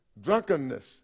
drunkenness